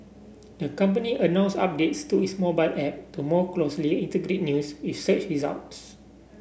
the company announced updates to its mobile app to more closely integrate news with search results